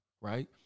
right